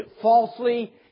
falsely